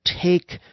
take